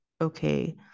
okay